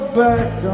back